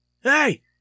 hey